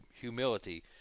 humility